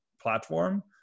platform